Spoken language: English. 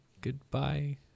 goodbye